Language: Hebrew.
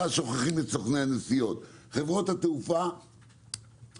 ואז שוכחים את סוכני הנסיעות, חברות התעופה וכולי.